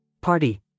Party